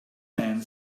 man